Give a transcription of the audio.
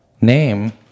name